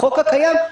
החוק הקיים,